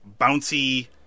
bouncy